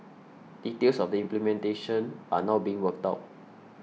details of the implementation are now being worked out